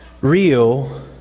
real